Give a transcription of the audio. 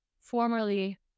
formerly